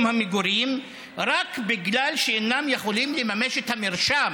המגורים רק בגלל שאינם יכולים לממש את המרשם